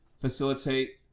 facilitate